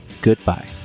goodbye